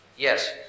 Yes